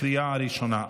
בקריאה ראשונה.